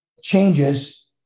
Changes